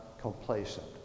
complacent